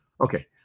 okay